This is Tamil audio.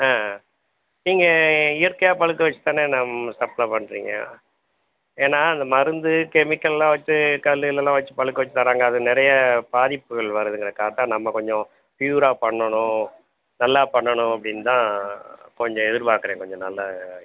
ஆ ஆ நீங்கள் இயற்கையாக பழுக்க வச்சு தானே நம்ம சப்ளை பண்ணுறீங்க ஏன்னால் அந்த மருந்து கெமிக்கெல்லாம் வச்சு கல் கில்லெலாம் வச்சு பழுக்க வச்சுத் தராங்க அது நிறைய பாதிப்புகள் வருதுங்கிறக்காக தான் நம்ம கொஞ்சம் ப்யூராக பண்ணணும் நல்லாப் பண்ணணும் அப்படின்னு தான் கொஞ்சம் எதிர்பார்க்குறேன் கொஞ்சம் நல்ல ஐட்டமாக